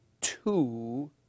two